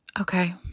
Okay